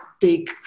big